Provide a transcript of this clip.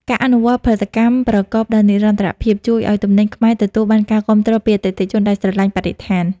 ការអនុវត្តផលិតកម្មប្រកបដោយនិរន្តរភាព ជួយឱ្យទំនិញខ្មែរទទួលបានការគាំទ្រពីអតិថិជនដែលស្រឡាញ់បរិស្ថាន។